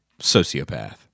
sociopath